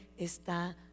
está